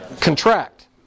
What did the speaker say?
Contract